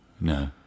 No